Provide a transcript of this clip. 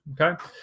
okay